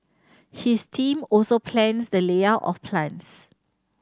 his team also plans the layout of plants